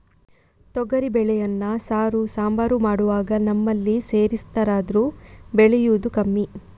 ತೊಗರಿ ಬೇಳೆಯನ್ನ ಸಾರು, ಸಾಂಬಾರು ಮಾಡುವಾಗ ನಮ್ಮಲ್ಲಿ ಸೇರಿಸ್ತಾರಾದ್ರೂ ಬೆಳೆಯುದು ಕಮ್ಮಿ